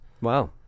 wow